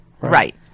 Right